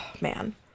man